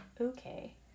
okay